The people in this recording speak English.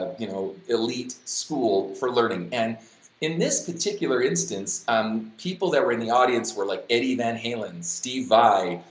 you know, elite school for learning and in this particular instance um people that were in the audience were like eddie van halen, steve vai,